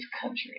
country